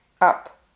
up